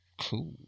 Cool